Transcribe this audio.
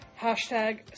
hashtag